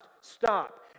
stop